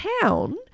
town